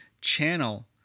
channel